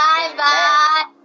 Bye-bye